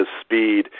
speed